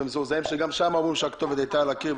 ומזועזעים שגם שם אמרו שהכתובת הייתה על הקיר,